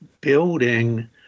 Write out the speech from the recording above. building